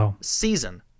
season